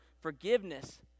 forgiveness